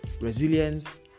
Resilience